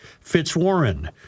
Fitzwarren